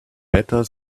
better